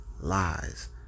Lies